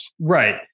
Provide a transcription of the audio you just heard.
Right